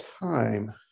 time